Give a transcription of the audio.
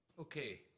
Okay